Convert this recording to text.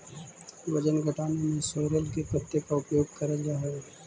वजन घटाने में सोरल के पत्ते का उपयोग करल जा हई?